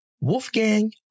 Wolfgang